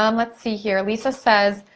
um let's see here, lisa says,